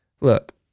Look